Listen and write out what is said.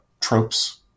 tropes